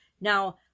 now